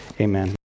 amen